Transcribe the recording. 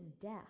death